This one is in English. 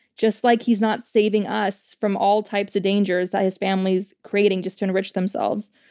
just like he's not saving us from all types of dangers that his family is creating just to enrich themselves.